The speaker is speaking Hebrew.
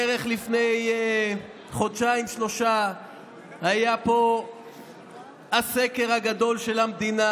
בערך לפני חודשיים-שלושה היה פה הסקר הגדול של המדינה,